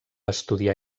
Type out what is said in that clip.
estudiar